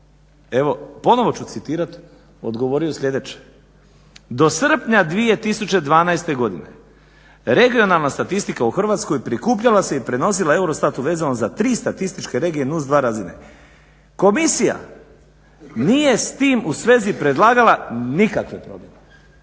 evo ponovno ću citirati, odgovorio sljedeće: "Do srpnja 2012. godine regionalna statistika u Hrvatskoj prikupljala se i prenosila EUROSTAT-u vezano za tri statističke regije NUTS 2 razine. Komisija nije s tim u svezi predlagala nikakve promjene."